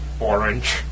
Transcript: Orange